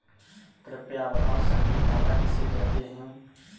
कृपया बताएँ सक्रिय खाता किसे कहते हैं?